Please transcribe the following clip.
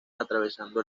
atravesando